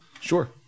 sure